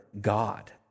God